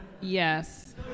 Yes